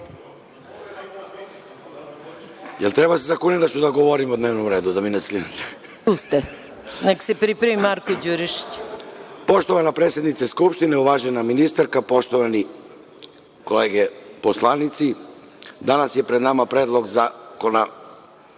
Poštovana predsednice Skupštine, uvažena ministarka, poštovane kolege poslanici, danas je pred nama Predlog zakona